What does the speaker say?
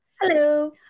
hello